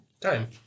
time